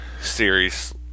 series